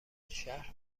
شهر